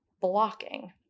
blocking